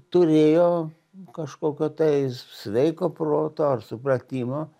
turėjo kažkokio tai sveiko proto ar supratimo